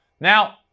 Now